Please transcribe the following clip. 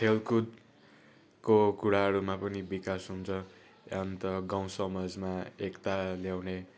खेलकुदको कुराहरूमा पनि विकास हुन्छ अन्त गाउँ समाजमा एकता ल्याउने